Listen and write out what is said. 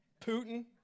Putin